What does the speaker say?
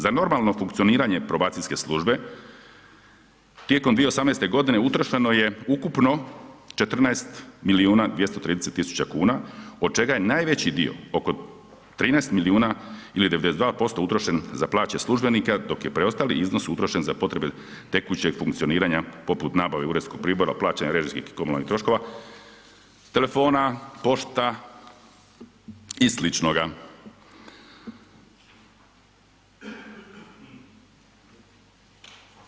Za normalno funkcioniranje probacijske službe tijekom 2018. godine utrošeno je ukupno 14.230.000 kuna od čega je najveći dio oko 13 milijuna ili 92% utrošen za plaće službenika dok je preostali iznos utrošen za potrebe tekućeg funkcioniranja poput nabave uredskog pribora, plaćanje režijskih i komunalnih troškova, telefona, pošta i sličnoga.